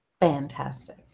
Fantastic